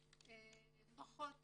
האבא פחות